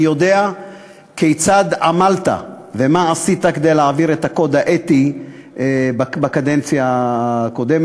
אני יודע כיצד עמלת ומה עשית כדי להעביר את הקוד האתי בקדנציה הקודמת.